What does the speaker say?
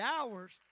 hours